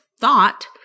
thought